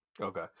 Okay